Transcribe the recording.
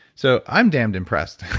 so i'm damned impressed.